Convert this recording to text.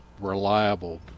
reliable